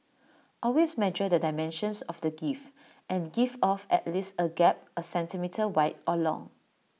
always measure the dimensions of the gift and give off at least A gap A centimetre wide or long